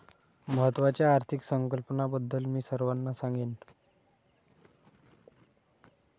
महत्त्वाच्या आर्थिक संकल्पनांबद्दल मी सर्वांना सांगेन